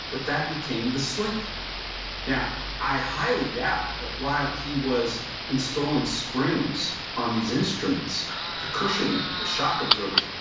but that became the slinky now, i highly doubt that while he was installing springs on these instruments to cushion them, the shock absorbers,